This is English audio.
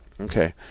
Okay